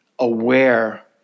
aware